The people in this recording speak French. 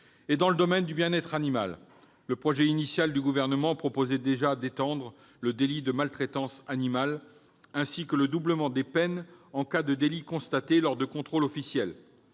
Dans le domaine du bien-être animal, le texte initial du Gouvernement prévoyait déjà d'étendre le délit de maltraitance animale, ainsi que le doublement des peines en cas de délit constaté lors de contrôles officiels.